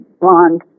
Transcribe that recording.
blonde